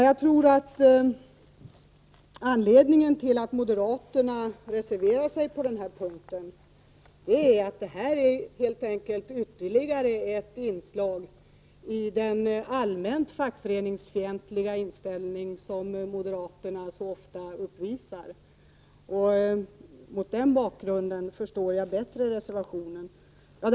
Jag tror att anledningen till att moderaterna reserverat sig på den här punkten är att detta helt enkelt är ett ytterligare inslag i den allmänt fackföreningsfientliga inställning som moderaterna så ofta uppvisar. Mot den bakgrunden förstår jag reservationen bättre.